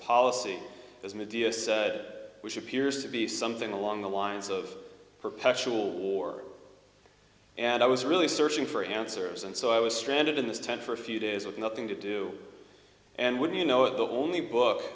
policy as medea which appears to be something along the lines of perpetual war and i was really searching for answers and so i was stranded in this tent for a few days with nothing to do and with you know it the only book